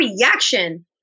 reaction